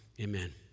Amen